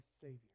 Savior